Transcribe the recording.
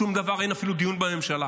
שום דבר, אין אפילו דיון בממשלה.